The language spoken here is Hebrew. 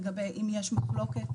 לגבי אם יש מחלוקת,